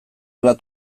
bat